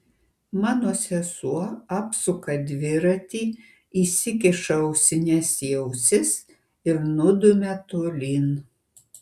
mano sesuo apsuka dviratį įsikiša ausines į ausis ir nudumia tolyn